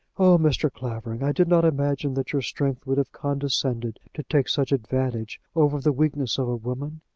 oh, mr. clavering, i did not imagine that your strength would have condescended to take such advantage over the weakness of a woman.